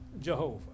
Jehovah